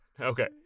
Okay